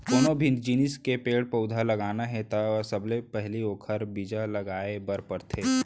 कोनो भी जिनिस के पेड़ पउधा लगाना हे त सबले पहिली ओखर बीजा लगाए बर परथे